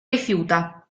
rifiuta